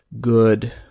good